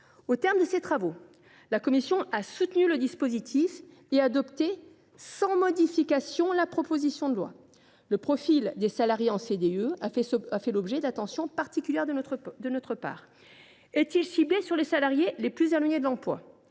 Au terme de ses travaux, la commission a soutenu le dispositif et adopté sans modification la proposition de loi. Le profil des salariés bénéficiaires a fait l’objet d’attentions particulières de notre part. Est il ciblé sur les salariés les plus éloignés de l’emploi ?